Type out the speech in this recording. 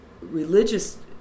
religious